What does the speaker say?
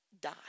die